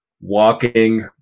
walking